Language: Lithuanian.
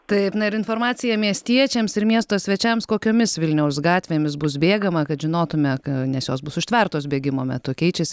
taip na ir informacija miestiečiams ir miesto svečiams kokiomis vilniaus gatvėmis bus bėgama kad žinotume ką nes jos bus užtvertos bėgimo metu keičias